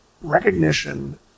recognition